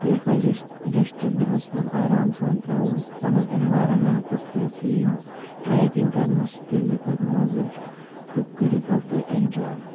یہِ پَزِ اَسہِ ڈیسٹِبِنَس منٛز آرام سان ترٛاوُن پَنُن اؠنوارَمؠنٛٹ تہِ تھَاوو کٕلیٖن ٹریکِنٛگ کَرنَس تہِ یی پَتہٕ مَزٕ تہٕ کٔرِو پَتہٕ تُہۍ اؠنجاے